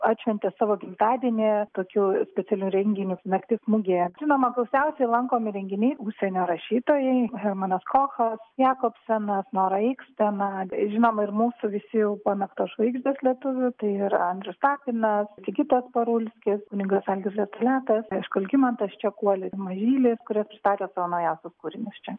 atšventė savo gimtadienį tokiu specialiu renginiu naktis mugėje atsimenu gausiausiai lankomi renginiai užsienio rašytojai hermanas kochas jakobsonas nora ikstena žinoma ir mūsų visių pamėgtos žvaigždės lietuvių tai ir andrius tapinas sigitas parulskis kunigas algirdas toliatas aišku algimantas čekuolis mažylis kurie pristatė savo naujausius kūrinius čia